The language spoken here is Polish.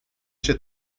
się